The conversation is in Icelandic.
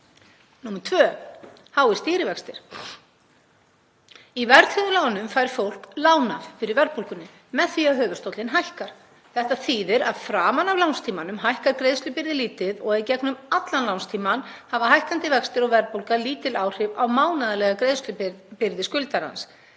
Númer tvö eru háir stýrivextir. Í verðtryggðum lánum fær fólk lánað fyrir verðbólgunni með því að höfuðstóllinn hækkar. Þetta þýðir að framan af lánstímanum hækkar greiðslubyrði lítið og í gegnum allan lánstímann hafa hækkandi vextir og verðbólga lítil áhrif á mánaðarlega greiðslubyrði skuldarans